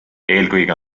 eelkõige